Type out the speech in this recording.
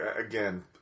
again